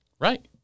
Right